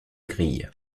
grille